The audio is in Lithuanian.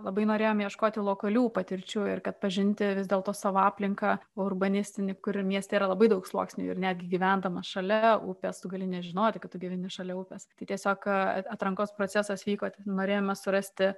labai norėjome ieškoti lokalių patirčių ir kad pažinti vis dėlto savo aplinką urbanistinį kurių mieste yra labai daug sluoksnių ir netgi gyvendamas šalia upės tu gali nežinoti kad tu gyveni šalia upės tiesiog kad atrankos procesas vyko norėjome surasti